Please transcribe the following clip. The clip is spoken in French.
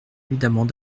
évidemment